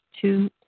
Two